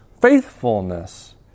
faithfulness